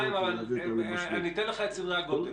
חיים, אני אתן לך את סדרי הגודל.